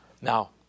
Now